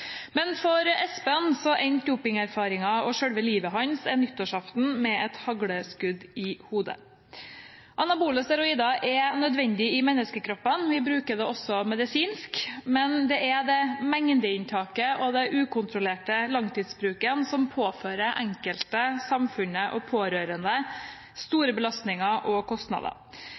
Men for Espen endte dopingerfaringen og selve livet hans en nyttårsaften med et hagleskudd i hodet. Anabole steroider er nødvendig i menneskekroppen, vi bruker det også medisinsk. Men det er mengdeinntaket og den ukontrollerte langtidsbruken som påfører den enkelte, samfunnet og pårørende store belastninger og kostnader.